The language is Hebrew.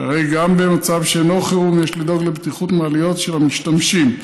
שהרי גם במצב שאינו חירום יש לדאוג לבטיחות של מעליות ושל המשתמשים בהן.